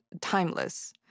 timeless